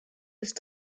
ist